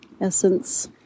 essence